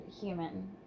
human